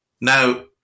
Now